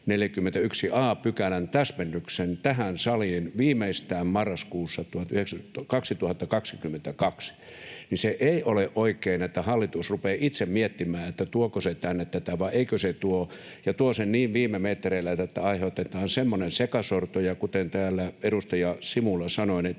41 a §:n täsmennyksen tähän saliin viimeistään marraskuussa 2022. [Anne Kalmari: Juuri näin!] Ei ole oikein, että hallitus rupeaa itse miettimään, tuoko se tänne tätä vai eikö tuo ja tuo tämän niin viime metreillä, että aiheutetaan semmoinen sekasorto. Ja kuten täällä edustaja Simula sanoi,